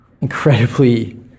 incredibly